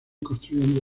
construyendo